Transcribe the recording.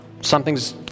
something's